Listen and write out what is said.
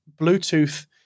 Bluetooth